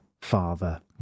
Father